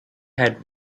had